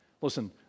Listen